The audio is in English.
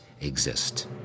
exist